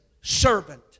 servant